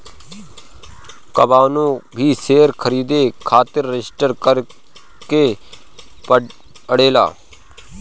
कवनो भी शेयर खरीदे खातिर रजिस्टर करे के पड़ेला